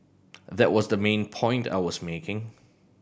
that was the main point that I was making